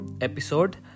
episode